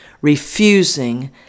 refusing